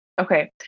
Okay